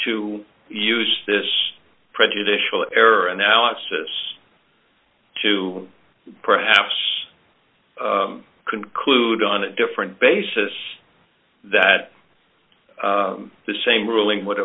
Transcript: to use this prejudicial error analysis to perhaps conclude on a different basis that the same ruling would